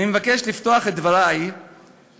אני מבקש לפתוח את דברי בתודה,